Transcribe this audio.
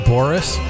Boris